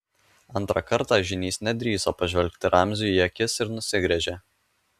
antrą kartą žynys nedrįso pažvelgti ramziui į akis ir nusigręžė